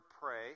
pray